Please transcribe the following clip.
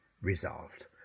resolved